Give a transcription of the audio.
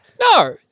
No